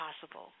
possible